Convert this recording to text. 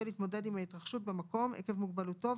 להתמודד עם ההתרחשות במקום עקב מוגבלותו,